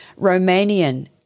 Romanian